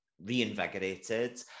reinvigorated